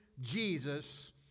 Jesus